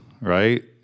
right